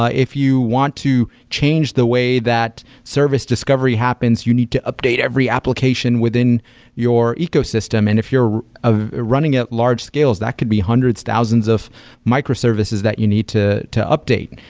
ah if you want to change the way that service discovery happens, you need to update every application within your ecosystem. and if you're ah running at large scales, that could be hundreds, thousands of microservices that you need to to update.